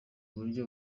buryo